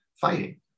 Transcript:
fighting